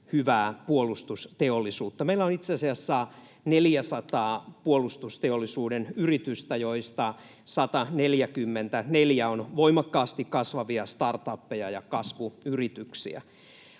hyvää puolustusteollisuutta. Meillä on itse asiassa 400 puolustusteollisuuden yritystä, joista 144 on voimakkaasti kasvavia startupeja ja kasvuyrityksiä.